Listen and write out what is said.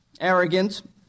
arrogant